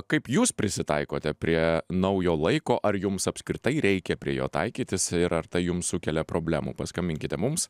kaip jūs prisitaikote prie naujo laiko ar jums apskritai reikia prie jo taikytis ir ar tai jums sukelia problemų paskambinkite mums